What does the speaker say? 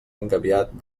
engabiat